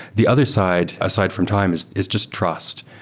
the other side aside from time is is just trust.